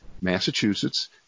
Massachusetts